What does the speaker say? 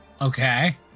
Okay